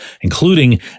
including